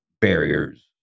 barriers